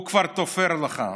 הוא כבר תופר לך,